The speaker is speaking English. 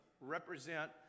represent